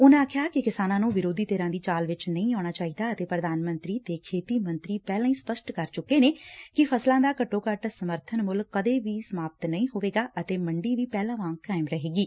ਉਨਾ ਆਖਿਆ ਕਿ ਕਿਸਾਨਾ ਨੂੰ ਵਿਰੋਧੀ ਧਿਰਾਂ ਦੀ ਚਾਲ ਵਿੱਚ ਨਹੀ ਆਉਣਾ ਚਾਹੀਦਾ ਅਤੇ ਪ੍ਰਧਾਨ ਮੰਤਰੀ ਤੇ ਖੇਤੀ ਮੰਤਰੀ ਪਹਿਲਾਂ ਹੀ ਸਪੱਸ਼ਟ ਕਰ ਚੁੱਕੇ ਨੇ ਕਿ ਫਸਲਾਂ ਦਾ ਘੱਟੋ ਘੱਟ ਸਮਰਬਨ ਮੁੱਲ ਕਦੇ ਵੀ ਸਮਾਪਤ ਨਹੀ ਹੋਵੇਗਾ ਅਤੇ ਮੰਡੀ ਵੀ ਪਹਿਲਾਂ ਵਾਂਗ ਕਾਇਮ ਰਹੇਗੀ